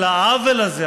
על העוול הזה,